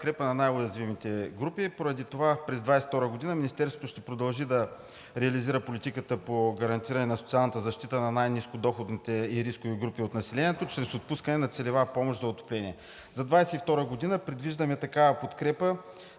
за отопление. За 2022 г. предвиждаме такава подкрепа